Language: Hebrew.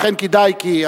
לכן כדאי.